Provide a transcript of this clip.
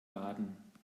baden